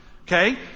okay